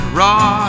raw